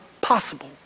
possible